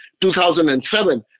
2007